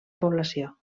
població